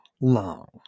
long